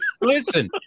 Listen